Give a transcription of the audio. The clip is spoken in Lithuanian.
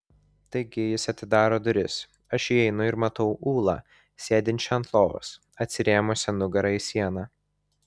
taigi jis atidaro duris aš įeinu ir matau ulą sėdinčią ant lovos atsirėmusią nugara į sieną